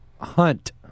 hunt